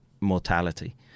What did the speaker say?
mortality